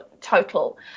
total